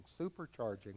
Supercharging